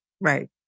Right